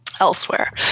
elsewhere